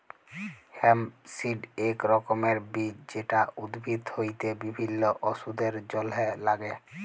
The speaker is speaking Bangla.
হেম্প সিড এক রকমের বীজ যেটা উদ্ভিদ হইতে বিভিল্য ওষুধের জলহে লাগ্যে